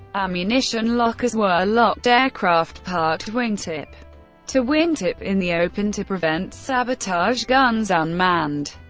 ammunition lockers were ah locked, aircraft parked wingtip to wingtip in the open to prevent sabotage, guns unmanned.